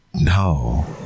no